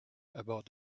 about